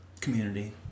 community